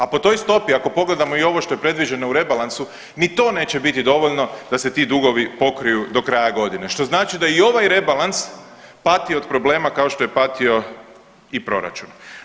A po toj stopi ako pogledamo i ovo što je predviđeno u rebalansu ni to neće biti dovoljno da se ti dugovi pokriju do kraja godine što znači da i ovaj rebalans pati od problema kao što je patio i proračun.